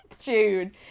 June